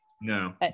no